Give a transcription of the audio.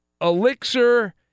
elixir